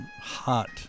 hot